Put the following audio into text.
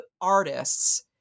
artists